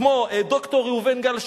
כמו ד"ר ראובן גל,